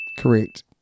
Correct